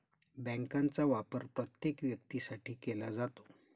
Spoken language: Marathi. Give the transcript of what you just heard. बँकांचा वापर प्रत्येक व्यक्तीसाठी केला जातो